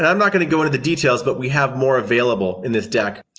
um not going to go into the details, but we have more available in this deck.